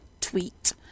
tweet